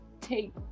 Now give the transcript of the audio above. take